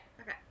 Okay